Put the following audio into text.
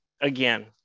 Again